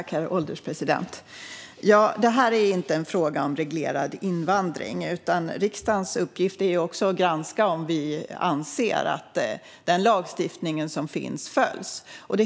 Herr ålderspresident! Det här är inte en fråga om reglerad invandring. Riksdagens uppgift är också att granska om den lagstiftning som finns följs.